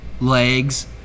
legs